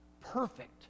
perfect